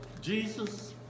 jesus